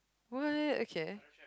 what okay